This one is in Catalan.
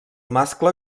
mascle